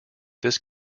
this